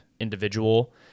individual